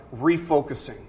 refocusing